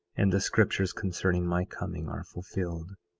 and the scriptures concerning my coming are fulfilled.